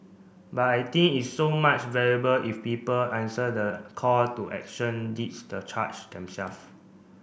but I think it's so much valuable if people answer the call to action leads the charge them self